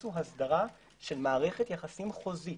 הכניסו הסדרה של מערכת יחסים חוזית